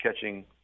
catching